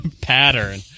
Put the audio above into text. pattern